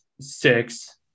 Six